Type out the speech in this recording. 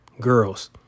girls